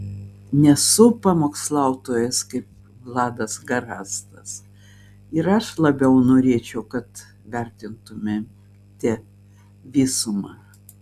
nesu pamokslautojas kaip vladas garastas ir aš labiau norėčiau kad vertintumėte visumą